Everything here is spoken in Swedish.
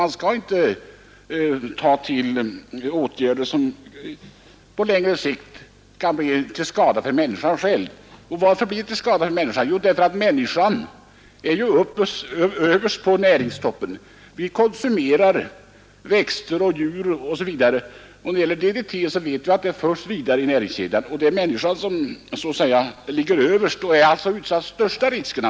Man skall inte ta till åtgärder, som på längre sikt kan bli till skada för människan själv. Varför blir de då till skada för människan? Jo, därför att människan står överst på näringstoppen. Vi konsumerar växter och djur. Vi vet att DDT förs vidare i näringskedjan. Människan är därför utsatt för de största riskerna.